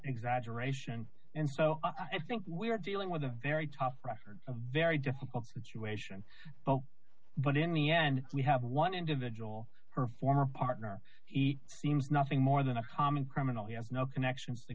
exaggeration and so i think we are dealing with a very tough record a very difficult situation but in the end we have one individual her former partner he seems nothing more than a common criminal he has no connection t